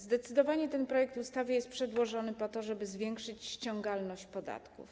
Zdecydowanie ten projekt ustawy jest przedłożony po to, żeby zwiększyć ściągalność podatków.